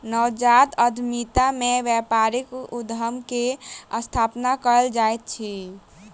नवजात उद्यमिता में व्यापारिक उद्यम के स्थापना कयल जाइत अछि